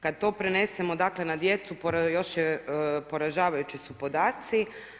Kad to prenesemo, dakle na djecu još su poražavajući podaci.